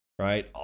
right